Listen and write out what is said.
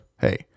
hey